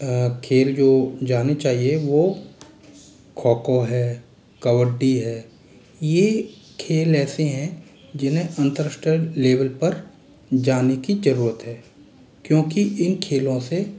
खेल जो जाने चाहिए वो खो खो है कबड्डी है ये खेल ऐसे हैं जिन्हे अन्तर्राष्ट्रीय लेवल पर जाने की ज़रूरत है क्योंकि इन खेलों से